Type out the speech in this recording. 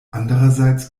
andererseits